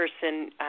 person